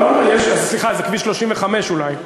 סליחה, זה כביש 35 אולי.